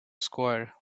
square